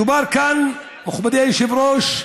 מדובר כאן, מכובדי היושב-ראש,